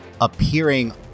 appearing